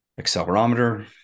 accelerometer